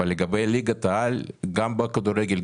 אבל לגבי ליגת העל גם בכדורגל,